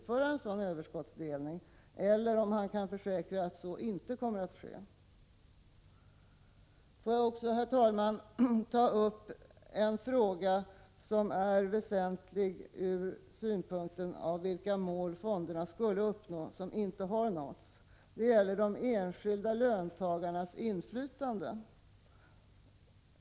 Får jag också, herr talman, ta upp en fråga som är väsentlig ur synpunkten vilka mål som fonderna skulle uppnå och som inte har nåtts. Det gäller de enskilda löntagarnas inflytande.